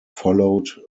followed